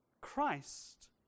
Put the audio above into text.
Christ